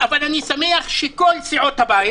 אני שמח שכל סיעות הבית